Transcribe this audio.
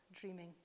dreaming